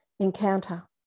Encounter